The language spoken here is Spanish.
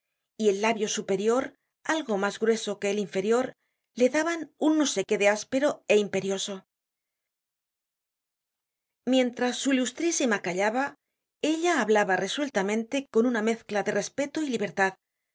y el labio superior algo mas grueso que el inferior le daban un no sé qué de áspero é imperioso content from google book search generated at mientras su ilustrísima callaba ella hablaba resueltamente con una mezcla de respeto y libertad